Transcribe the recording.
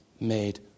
made